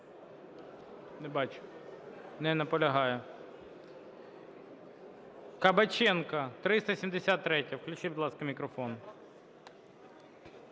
Кабаченко, 373-я. Включіть, будь ласка, мікрофон.